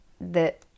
That-